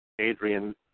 Adrian